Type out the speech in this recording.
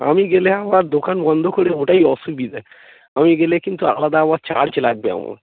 আমি গেলে আমার দোকান বন্ধ করে ওটাই অসুবিধা আমি গেলে কিন্তু আলাদা আমার চার্জ লাগবে আমার